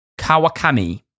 Kawakami